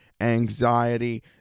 anxiety